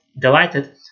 delighted